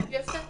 אני אסביר לך.